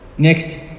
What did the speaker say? Next